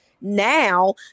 now